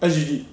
S_G_D